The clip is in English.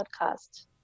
Podcast